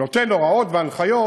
נותן הוראות והנחיות,